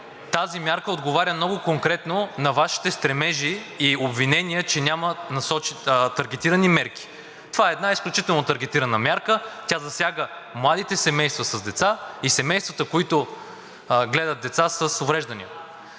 тази мярка отговаря много конкретно на Вашите стремежи и обвинения, че няма таргетирани мерки. Това е една изключително таргетирана мярка. Тя засяга младите семейства с деца и семействата, които гледат деца с увреждания.